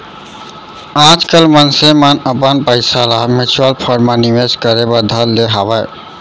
आजकल मनसे मन अपन पइसा ल म्युचुअल फंड म निवेस करे बर धर ले हवय